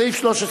סעיף 13,